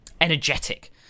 energetic